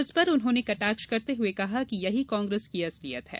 इस पर उन्होंने कटाक्ष करते हुए कहा कि यही कांग्रेस की असलियत है